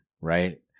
right